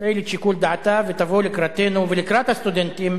תפעיל את שיקול דעתה ותבוא לקראתנו ולקראת הסטודנטים